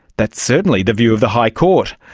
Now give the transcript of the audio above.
that's certainly the view of the high court.